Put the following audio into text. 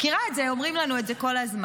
מכירה את זה, אומרים לנו את זה כל הזמן.